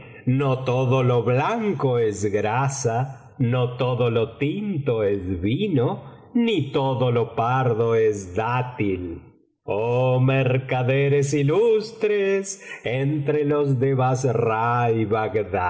no todo lo blanco es grasa no todo lo tinto es vino ni todo lo pardo es dátil oh mercaderes ilustres entre los de bassra y